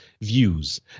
views